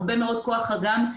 הרבה מאוד כוח אדם,